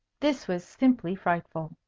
this was simply frightful!